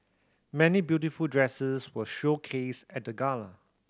many beautiful dresses were showcased at the gala